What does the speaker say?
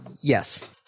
Yes